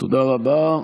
תודה רבה.